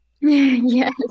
Yes